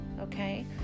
okay